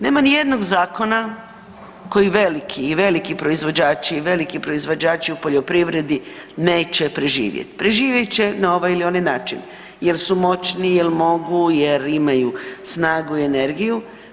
Nema nijednog zakona koji veliki i veliki proizvođači i veliki proizvođači u poljoprivredi neće preživjet, preživjet će na ovaj ili na onaj način jer su moćni, jel mogu jer imaju snagu i energiju.